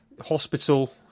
hospital